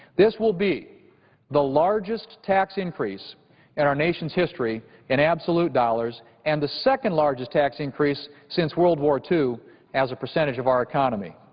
this will be the largest tax increase in our nation's history in absolute dollars and the second-largest tax increase since world war ii as a percentage of our economy.